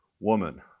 woman